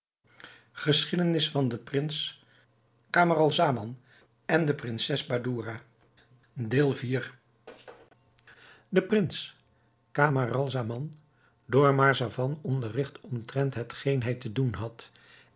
geschiedenis van den prins camaralzaman en van de prinses badoura de prins camaralzaman door marzavan onderrigt omtrent hetgeen hij te doen had